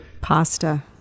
pasta